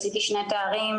עשיתי שני תארים,